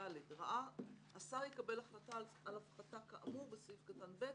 (ד) השר יקבל החלטה על הפחתה כאמור בסעיף קטן (ב),